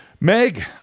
Meg